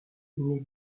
mais